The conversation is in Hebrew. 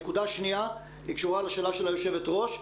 נקודה שנייה קשורה לשאלה של יושבת הראש.